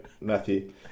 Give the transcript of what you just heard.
Matthew